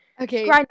okay